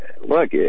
look